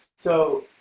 so